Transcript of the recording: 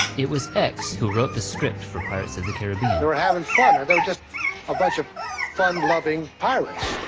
it was x who wrote the script for pirates of the caribbean. they were having fun. they were just a bunch of fun-loving pirates.